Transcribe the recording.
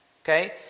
Okay